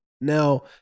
Now